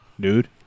dude